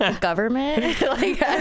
Government